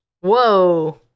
Whoa